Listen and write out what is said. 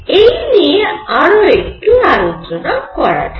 এই নিয়ে আরও একটু আলোচনা করা যাক